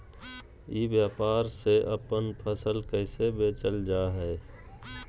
ई व्यापार से अपन फसल कैसे बेचल जा हाय?